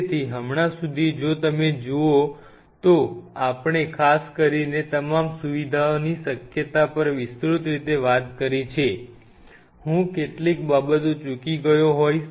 તેથી હમણાં સુધી જો તમે તેને જુઓ આપણે ખાસ કરીને તમામ સુવિધાની શક્યતાઓ પર વિસ્તૃત રીતે વાત કરી છે હું કેટલીક બાબતો ચૂકી ગયો હોઈશ